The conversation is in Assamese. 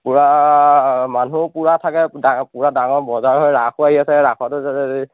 পুৰা মানুহ পুৰা থাকে পুৰা ডাঙৰ বজাৰ হয় ৰাসো আহি আছে ৰাসতো